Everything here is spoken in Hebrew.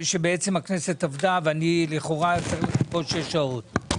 שבעצם הכנסת עבדה ואני לכאורה הייתי צריך לחכות שש שעות,